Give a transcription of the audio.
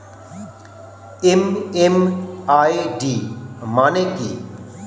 MMID মানে কি?